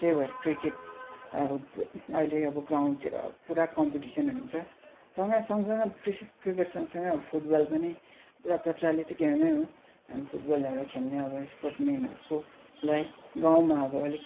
अन्त त्यही भएर क्रिकेटहरू अहिले अब ग्राउन्डतिर अब पुरा कम्पिटिसन हुन्छ सँगै सँगसँगै क्रिकेट सँगसँगै अब फुटबल पनि पुरा प्रचलित गेमै हो हामी फुटबलहरू खेल्ने अब स्पोर्टमेनहरूकोलाई गाउँमा अब अलिक